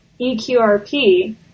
EQRP